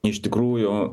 iš tikrųjų